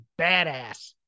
badass